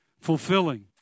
fulfilling